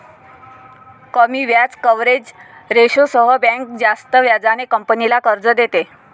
कमी व्याज कव्हरेज रेशोसह बँक जास्त व्याजाने कंपनीला कर्ज देते